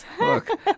Look